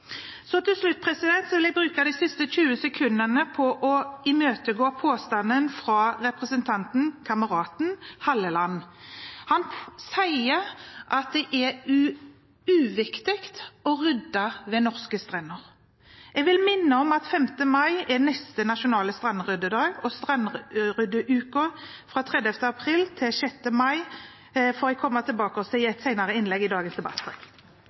Så vil jeg bruke de siste 20 sekundene på å imøtegå påstanden fra representanten – kameraten – Halleland. Han sier at det er uviktig å rydde ved norske strender. Jeg vil minne om at 5. mai er neste nasjonale strandryddedag, og strandryddeuka fra 30. april til 6. mai får jeg komme tilbake til i et senere innlegg i dagens